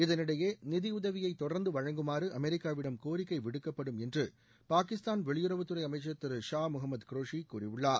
இதனிடையே நிதியுதவியை தொடர்ந்து வழங்குமாறு அமெரிக்காவிடம் கோரிக்கை விடுக்கப்படும் என்று பாகிஸ்தான் வெளியுறவத்துறை அமைச்சர் திரு ஷா முகமது குரேஷி கூறியுள்ளார்